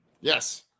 Yes